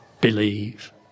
believe